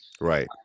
Right